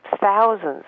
thousands